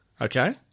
Okay